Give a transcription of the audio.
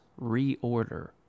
reorder